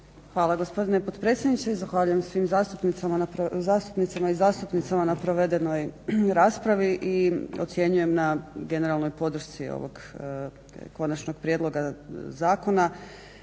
Hvala gospodine potpredsjedniče. Zahvaljujem svi zastupnicima i zastupnicama na provedenoj raspravi i ocjenjujem na generalnoj podršci ovog konačnog prijedloga zakona.